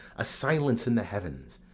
a silence in the heavens,